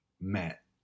met